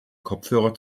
kopfhörer